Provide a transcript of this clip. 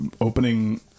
opening